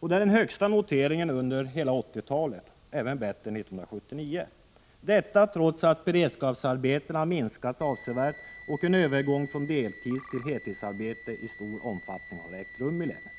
Det är den högsta noteringen under hela 1980-talet, även bättre än 1979 — detta trots att beredskapsarbetena minskat avsevärt och en övergång från deltidstill heltidsarbete i stor omfattning har ägt rum i länet.